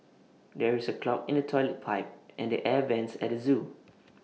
there is A clog in the Toilet Pipe and the air Vents at the Zoo